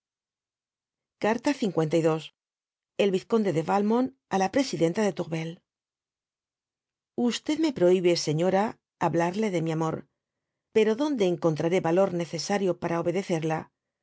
carta lil bl vizconde de valmont á la presidenta de tourvel me prohibe señora hablarle de ini amor pero donde encontraré yalor necesario para obedecerla